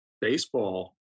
baseball